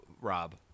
Rob